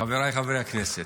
חבריי חברי הכנסת,